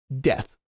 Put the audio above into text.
Death